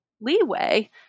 leeway